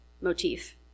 motif